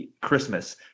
Christmas